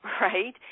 right